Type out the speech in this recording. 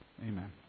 Amen